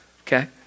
Okay